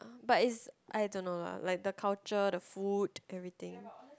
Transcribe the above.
but is I don't know lah like the culture the food everything